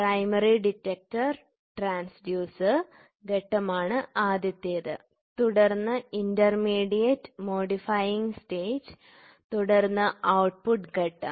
primary detector transducer ഘട്ടമാണ് ആദ്യത്തേത് തുടർന്ന് ഇന്റർമീഡിയറ്റ് മോഡിഫൈയിംഗ് സ്റ്റേജ് തുടർന്ന് ഔട്ട്പുട്ട് ഘട്ടം